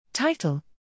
title